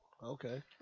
okay